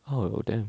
oh damn